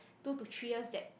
two to three years that